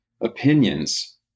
opinions